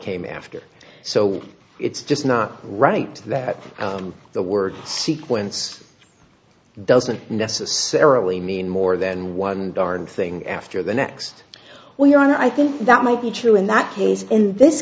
came after so it's just not right that the word sequence doesn't necessarily mean more than one darn thing after the next while you're on i think that might be true in that case in this